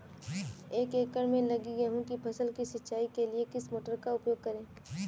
एक एकड़ में लगी गेहूँ की फसल की सिंचाई के लिए किस मोटर का उपयोग करें?